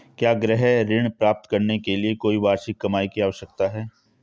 क्या गृह ऋण प्राप्त करने के लिए कोई वार्षिक कमाई की आवश्यकता है?